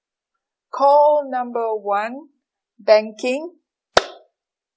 call number one banking